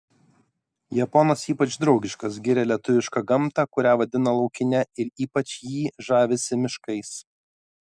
japonas ypač draugiškas giria lietuvišką gamtą kurią vadina laukine ir ypač jį žavisi miškais